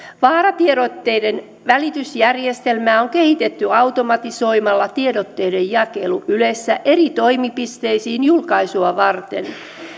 vaaratiedotteiden välitysjärjestelmää on kehitetty automatisoimalla tiedotteiden jakelu ylessä eri toimipisteisiin julkaisua varten